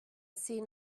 seen